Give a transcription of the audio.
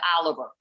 oliver